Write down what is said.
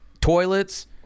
Toilets